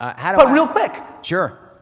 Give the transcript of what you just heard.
and but real quick. sure.